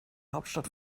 hauptstadt